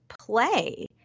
play